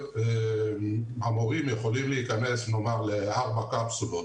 המורים יכולים להיכנס נאמר לארבע קפסולות